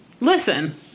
listen